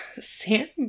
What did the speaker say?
Sam